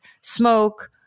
smoke